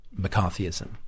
McCarthyism